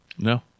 no